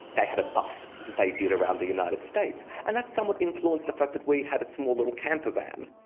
they had a bus that they did around the united states and that's somewhat influenced the fact that we had a small little camper van.